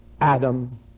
Adam